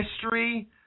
history